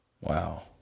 Wow